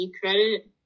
credit